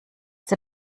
der